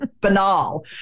banal